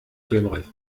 filmreif